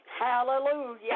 Hallelujah